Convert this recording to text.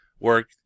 Work